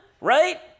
right